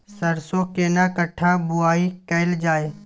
सरसो केना कट्ठा बुआई कैल जाय?